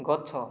ଗଛ